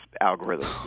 algorithm